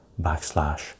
backslash